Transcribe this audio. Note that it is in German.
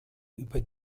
über